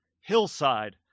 hillside